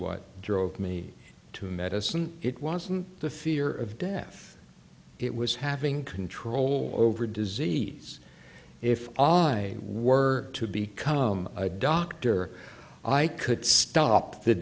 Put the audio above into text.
what drove me to medicine it wasn't the fear of death it was having control over disease if all i were to become a doctor i could stop the